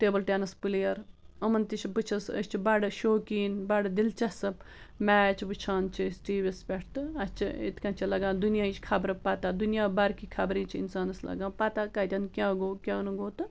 table tennis player یِمن تہِ چھُ بہٕ چھُس أسۍ چھِ بَڑٕ شوقین بَڑٕ دلچسٕپ میچ وٕچھان چھِ أسۍ ٹی وی یس پٮ۪ٹھ تہٕ اَسہِ چھِ یِتھ کٔنۍ چھِ لَگان دُنیہٕچ خبرٕ پتہ دُنیا بھر کی خبریں چھِ اِنسانس لَگان پتہ کَتٮ۪ن کیٛاہ گوٚو کیٛاہ نہٕ گوٚو تہٕ